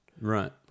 Right